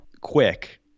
quick